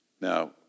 Now